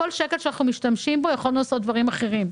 בכל שקל שאנחנו משתמשים בו יכולנו לעשות דברים אחרים,